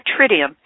tritium